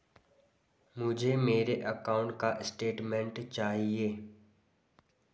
मुझे मेरे अकाउंट का स्टेटमेंट चाहिए?